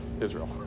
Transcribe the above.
Israel